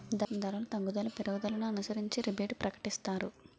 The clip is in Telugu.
ధరలు తగ్గుదల పెరుగుదలను అనుసరించి రిబేటు ప్రకటిస్తారు